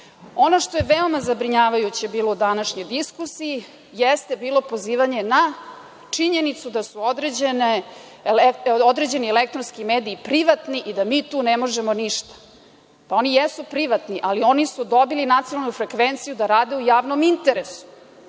što je veoma zabrinjavajuće bilo u današnjoj diskusiji jeste bilo pozivanje na činjenicu da su određeni elektronski mediji privatni i da mi tu ne možemo ništa. Oni jesu privatni, ali oni su dobili nacionalnu frekvenciju da rade u javnom interesu.